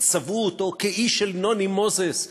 וצבעו אותו כאיש של נוני מוזס,